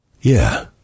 yeah